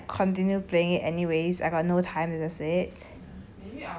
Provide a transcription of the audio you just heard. I don't think I'll even like continue playing it anyways I got no time I just said